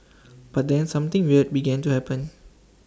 but then something weird began to happen